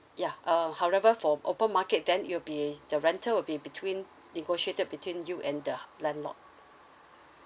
yeah uh however for open market then it'll be the rental will be between negotiated between you and the landlord